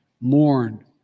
mourn